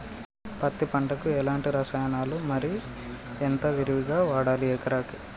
పత్తి పంటకు ఎలాంటి రసాయనాలు మరి ఎంత విరివిగా వాడాలి ఎకరాకి?